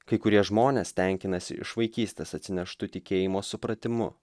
kai kurie žmonės tenkinasi iš vaikystės atsineštu tikėjimo supratimu